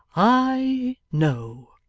i know